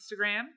Instagram